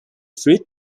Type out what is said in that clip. fruit